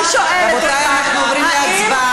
אני שואלת, רבותי, אנחנו עוברים להצבעה.